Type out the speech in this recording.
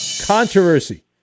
controversy